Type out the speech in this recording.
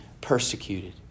persecuted